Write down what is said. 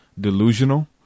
delusional